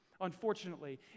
unfortunately